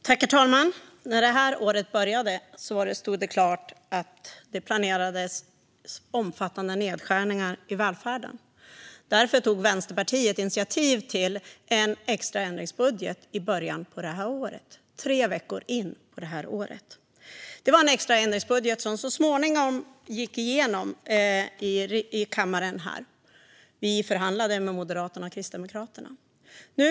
Herr talman! När året började stod det klart att det planerades omfattande nedskärningar i välfärden. Därför tog Vänsterpartiet tre veckor in på det här året initiativ till en extra ändringsbudget. Den gick så småningom igenom här i kammaren. Vi förhandlade med Moderaterna och Kristdemokraterna.